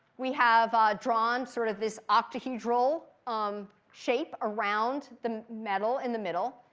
we have drawn sort of this octohedral um shape around the metal in the middle.